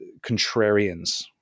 contrarians